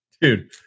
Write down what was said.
dude